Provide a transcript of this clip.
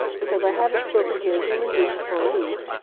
because i haven't spoken to a human being for a week,